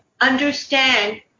understand